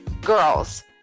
girls